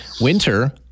winter